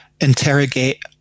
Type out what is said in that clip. interrogate